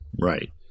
right